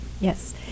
Yes